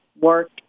work